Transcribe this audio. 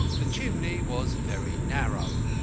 the chimney was very narrow.